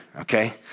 okay